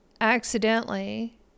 accidentally